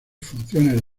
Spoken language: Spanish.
funciones